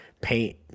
paint